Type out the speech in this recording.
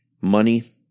Money